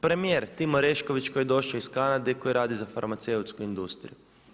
Premijer Tim Orešković koji je došao iz Kanade i koji radi za farmaceutsku industriju.